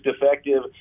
defective